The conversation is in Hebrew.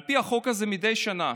על פי החוק הזה מדי שנה